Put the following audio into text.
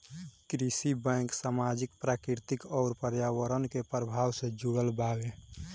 कृषि बैंक सामाजिक, प्राकृतिक अउर पर्यावरण के प्रभाव से जुड़ल बावे